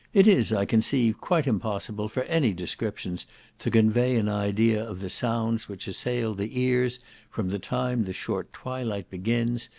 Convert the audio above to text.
it is, i conceive, quite impossible for any description to convey an idea of the sounds which assail the ears from the time the short twilight begins,